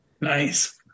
Nice